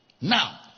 Now